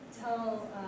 tell